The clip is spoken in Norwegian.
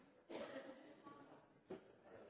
tar opp. Han har tatt